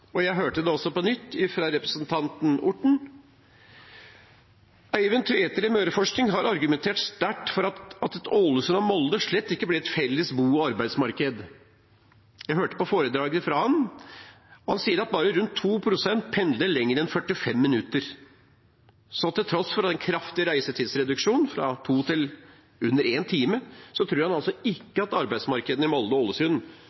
og jeg hørte det også på nytt fra representanten Orten. Eivind Tveter i Møreforskning har argumentert sterkt for at Ålesund og Molde slett ikke blir et felles bo- og arbeidsmarked. Jeg hørte et foredrag av ham. Han sier at bare rundt to prosent pendler lenger enn 45 minutter. Så til tross for en kraftig reisetidsreduksjon, fra to til under én time, tror han at arbeidsmarkedene i Molde og